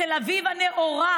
בתל אביב הנאורה,